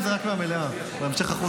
ברוך השם שהוא יצא החוצה.